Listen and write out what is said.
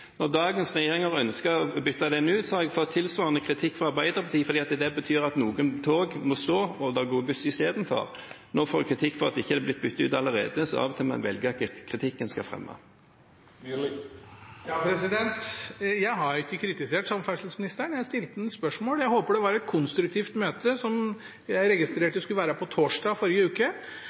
Når dagens regjering har ønsket å bytte den ut, har jeg fått tilsvarende kritikk fra Arbeiderpartiet fordi det betyr at noen tog må stå og det går buss isteden. Nå får jeg kritikk for at det ikke er blitt byttet ut allerede, så av og til må man velge hvilken kritikk man skal fremme. Jeg har ikke kritisert samferdselsministeren, jeg stilte ham et spørsmål. Jeg håper det var et konstruktivt møte, som jeg registrerte skulle være på torsdag forrige uke